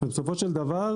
ובסופו של דבר